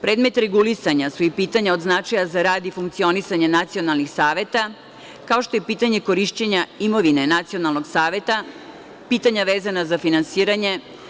Predmet regulisanja su i pitanja od značaja za rad i funkcionisanje nacionalnih saveta, kao što je pitanje korišćenja imovine nacionalnog saveta, pitanja vezana za finansiranja.